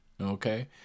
Okay